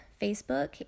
Facebook